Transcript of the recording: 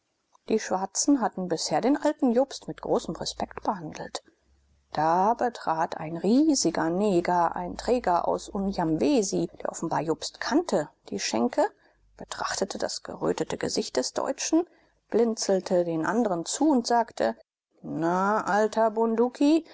die schwarzen hatten bisher den alten jobst mit großem respekt behandelt da betrat ein riesiger neger ein träger aus unjamwesi der offenbar jobst kannte die schenke betrachtete das gerötete gesicht des deutschen blinzelte den andren zu und sagte na alter